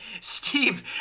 Steve